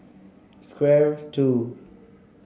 Square Two